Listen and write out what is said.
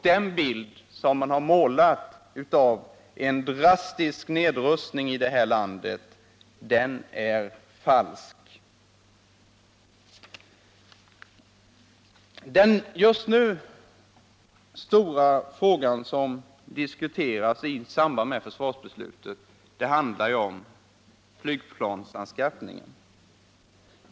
Den bild av drastisk nedrustning i det här landet som man har målat upp är falsk. Den just nu stora frågan i samband med försvarsbeslutet handlar om flygplansanskaffningen.